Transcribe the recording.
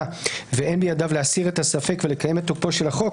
ואין בידיו להסיר את הספק ולקיים את תוקפו של החוק,